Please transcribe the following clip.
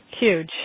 Huge